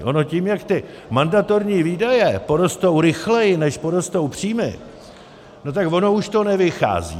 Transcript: Ono tím, jak ty mandatorní výdaje porostou rychleji, než porostou příjmy, tak ono už to nevychází.